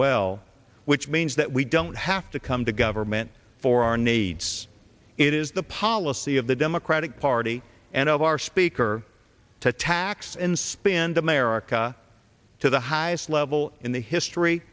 well which means that we don't have to come to government for our needs it is the policy of the democratic party and of our speaker to tax and spend america to the highest level in the history